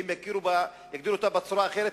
ואם יגדירו אותה בצורה אחרת,